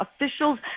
officials